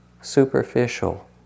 superficial